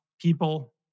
people